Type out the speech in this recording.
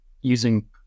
using